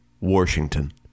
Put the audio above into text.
Washington